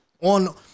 on